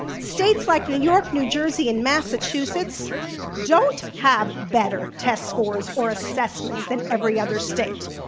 states like new york, new jersey, and massachusetts don't have better test scores or assessments than every other state.